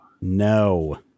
No